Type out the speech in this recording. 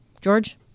George